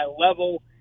level